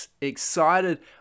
excited